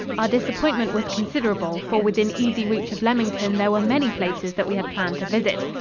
our disappointment was considerable, for within easy reach of leamington there were many places that we had planned to visit.